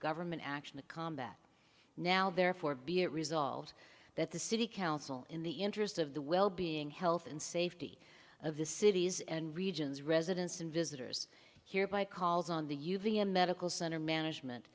government action to combat now therefore be it resolved that the city council in the interest of the well being health and safety of the cities and regions residents and visitors hereby calls on the uva medical center management